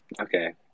Okay